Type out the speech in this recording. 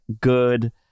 good